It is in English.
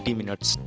minutes